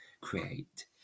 create